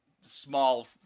small